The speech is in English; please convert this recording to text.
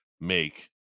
make